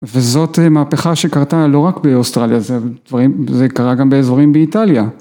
וזאת מהפכה שקרתה לא רק באוסטרליה, זה דברים, זה קרה גם באזורים באיטליה